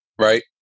Right